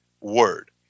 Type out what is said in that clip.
word